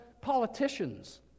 politicians